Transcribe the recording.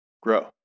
grow